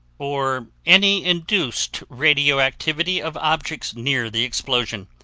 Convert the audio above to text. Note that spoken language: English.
or any induced radioactivity of objects near the explosion.